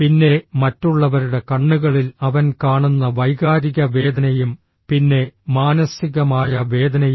പിന്നെ മറ്റുള്ളവരുടെ കണ്ണുകളിൽ അവൻ കാണുന്ന വൈകാരിക വേദനയും പിന്നെ മാനസികമായ വേദനയും